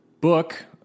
book